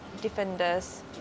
defenders